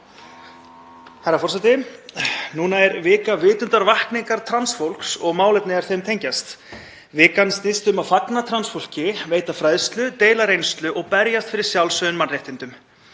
Herra forseti. Nú er vika vitundarvakningar trans fólks og málefna er þeim tengjast. Vikan snýst um að fagna trans fólki, veita fræðslu, deila reynslu og berjast fyrir sjálfsögðum mannréttindum.